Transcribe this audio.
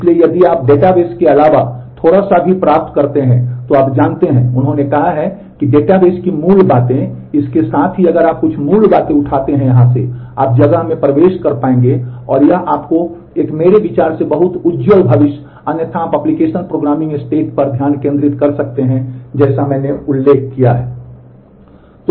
इसलिए यदि आप डेटाबेस के अलावा थोड़ा सा भी प्राप्त कर सकते हैं तो आप जानते हैं कि उन्होंने कहा है कि डेटाबेस की मूल बातें इसके साथ ही अगर आप कुछ मूल बातें उठाते हैं या यहाँ से आप जगह में प्रवेश कर पाएंगे और यह आपको एक मेरे विचार में बहुत बहुत उज्ज्वल भविष्य अन्यथा आप एप्लिकेशन प्रोग्रामिंग स्टेट पर ध्यान केंद्रित कर सकते हैं जैसा कि मैंने उल्लेख किया है